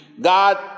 God